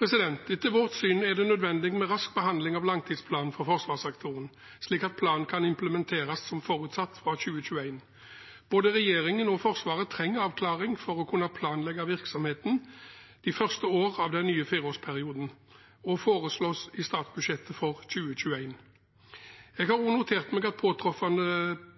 Etter vårt syn er det nødvendig med en rask behandling av langtidsplanen for forsvarssektoren, slik at planen kan implementeres som forutsatt, fra 2021. Både regjeringen og Forsvaret trenger avklaring for å kunne planlegge virksomheten de første årene av den nye fireårsperioden og kunne foreslås i statsbudsjettet for 2021. Jeg har